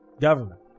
government